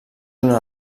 una